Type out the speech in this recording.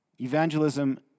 Evangelism